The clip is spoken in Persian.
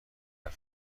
دود